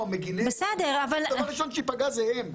דבר ראשון שייפגע זה הם.